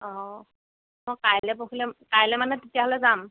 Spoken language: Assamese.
অ মই কাইলৈ পৰহিলৈ কাইলৈ মানে তেতিয়াহ'লে যাম